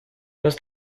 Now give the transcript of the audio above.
los